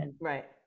Right